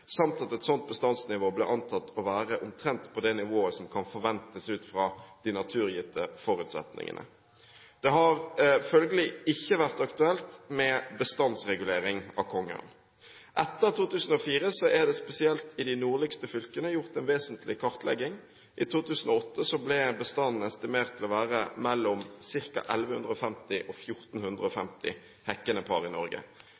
samt at et slikt bestandsnivå ble antatt å være omtrent på det nivået som kan forventes ut fra de naturgitte forutsetningene. Det har følgelig ikke vært aktuelt med bestandsregulering av kongeørn. Etter 2004 er det spesielt i de nordligste fylkene gjort en vesentlig kartlegging. I 2008 ble bestanden estimert til å være ca. 1 150–1 450 hekkende par i Norge.